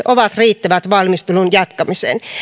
ovat riittävät valmistelun jatkamiseen